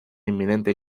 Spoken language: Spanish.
inminente